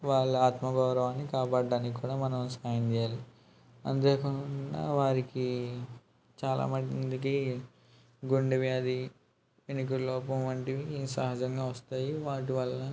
వాళ్ళ ఆత్మ గౌరవాన్ని కాపాడ్డానికి కూడా మనం సాయం చేయాలి అంతేకాకుండా వారికి చాలామందికి గుండెవ్యాధి వినికిడిలోపం వంటివి సహజంగా వస్తాయి వాటి వల్ల